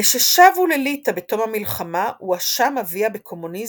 כששבו לליטא בתום המלחמה הואשם אביה בקומוניזם,